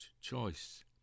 choice